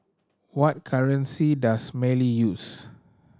what currency does Mali use